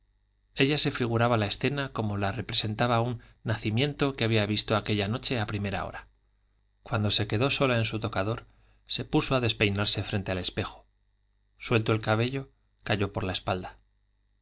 ella se figuraba la escena como la representaba un nacimiento que había visto aquella noche a primera hora cuando se quedó sola en su tocador se puso a despeinarse frente al espejo suelto el cabello cayó sobre la espalda